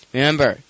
Remember